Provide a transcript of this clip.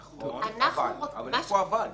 נכון, אבל יש פה "אבל"